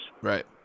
Right